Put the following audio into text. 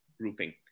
grouping